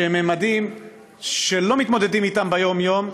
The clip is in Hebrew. שהם ממדים שלא מתמודדים אתם ביום-יום,